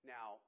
Now